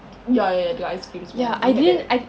ya ya the ice cream semua they had that